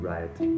Right